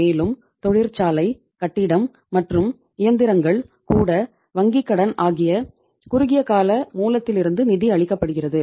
மேலும் தொழிற்சாலை கட்டிடம் மற்றும் இயந்திரங்கள் கூட வங்கிக்கடன் ஆகிய குறுகியகால மூலத்திலிருந்து நிதி அளிக்கப்படுகிறது